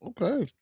okay